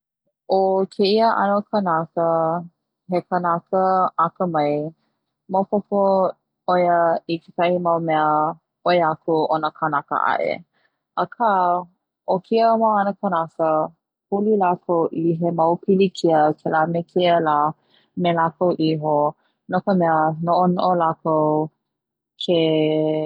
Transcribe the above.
'O keia 'ano kanaka he kanaka akamai maopopo 'oia kakahi mau mea 'oi aku o na kanaka a'e aka o keia 'ano kanaka huli lakou i he mau pilikia kela me keia la me lakou 'iho, no ka mea no'ono'o lakou ke.